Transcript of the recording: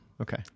Okay